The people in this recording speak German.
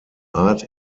art